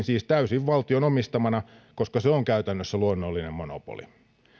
siis jatkossakin täysin valtion omistamana koska se on käytännössä luonnollinen monopoli